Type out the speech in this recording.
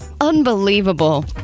unbelievable